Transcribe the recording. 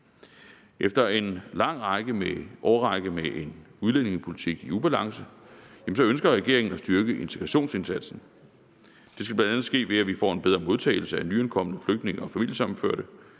Efter en lang årrække med en udlændingepolitik i ubalance ønsker regeringen at styrke integrationsindsatsen. Det skal bl.a. ske, ved at vi får en bedre modtagelse af nyankomne flygtninge og familiesammenførte.